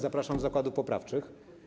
Zapraszam do zakładów poprawczych.